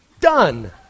Done